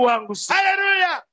Hallelujah